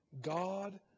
God